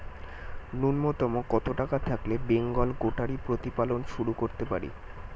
নূন্যতম কত টাকা থাকলে বেঙ্গল গোটারি প্রতিপালন শুরু করতে পারি?